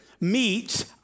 meets